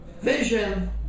vision